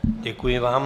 Děkuji vám.